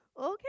okay